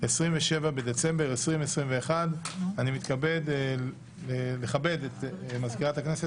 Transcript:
27 בדצמבר 2021. אני מכבד את מזכירת הכנסת,